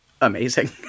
amazing